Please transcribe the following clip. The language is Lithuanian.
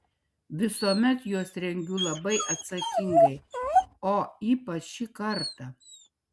visuomet juos rengiu labai atsakingai o ypač šį kartą